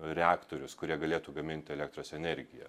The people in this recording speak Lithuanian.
reaktorius kurie galėtų gaminti elektros energiją